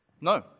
No